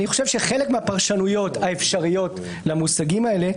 חלק מהפרשנויות האפשריות למושגים האלה,